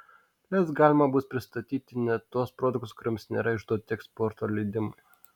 lez galima bus pristatyti net tuos produktus kuriems nėra išduoti eksporto leidimai